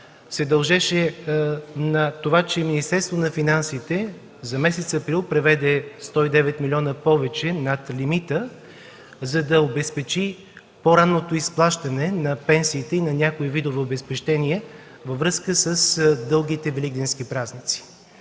за това беше, че Министерството на финансите за месец април преведе 109 милиона повече над лимита, за да обезпечи по-ранното изплащане на пенсиите и на някои видове обезщетения във връзка с дългите великденски празници.